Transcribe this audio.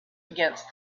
against